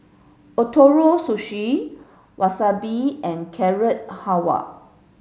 Ootoro Sushi Wasabi and Carrot Halwa